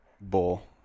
bull